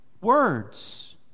words